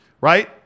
right